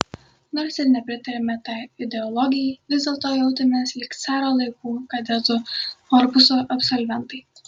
nors ir nepritarėme tai ideologijai vis dėlto jautėmės lyg caro laikų kadetų korpuso absolventai